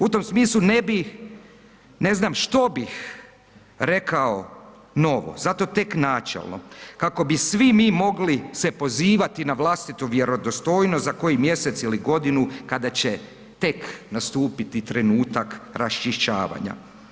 U tom smislu ne bih ne znam što bih rekao novo, zato tek načelno kako bi svi mi mogli se pozivati na vlastitu vjerodostojnost za koji mjesec ili godinu kada će tek nastupiti trenutak raščišćavanja.